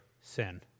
sin